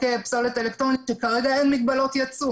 פסולת אלקטרונית שכרגע אין מגבלות יצוא